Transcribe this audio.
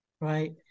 right